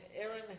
Aaron